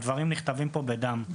הדברים נכתבים פה בדם,